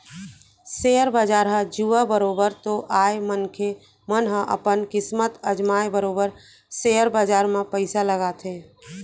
share बजार ह जुआ बरोबर तो आय मनखे मन ह अपन किस्मत अजमाय बरोबर सेयर बजार म पइसा लगाथे